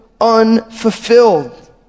unfulfilled